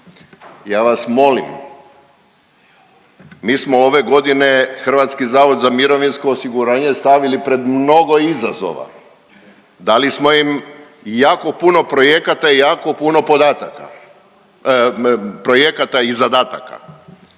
ja vas molim mi smo ove godine HZMO stavili pred mnogo izazova. Dali smo im jako puno projekata i jako puno podataka. Projekata i zadataka.